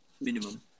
minimum